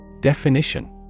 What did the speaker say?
Definition